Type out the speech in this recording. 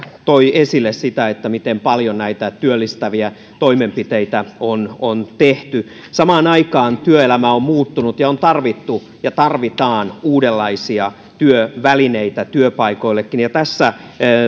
toi esille sitä miten paljon näitä työllistäviä toimenpiteitä on on tehty samaan aikaan työelämä on muuttunut ja on tarvittu ja tarvitaan uudenlaisia työvälineitä työpaikoillekin ja tässä